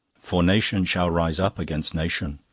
for nation shall rise up against nation,